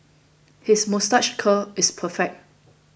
his moustache curl is perfect